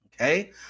okay